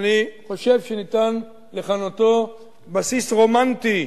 שאני חושב שניתן לכנותו בסיס רומנטי: